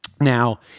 Now